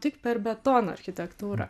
tik per betono architektūrą